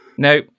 No